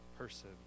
person